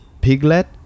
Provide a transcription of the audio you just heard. piglet